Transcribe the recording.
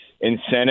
incentive